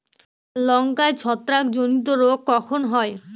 লঙ্কায় ছত্রাক জনিত রোগ কখন হয়?